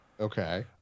Okay